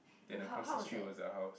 then across the street was a house